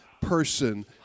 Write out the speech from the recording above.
person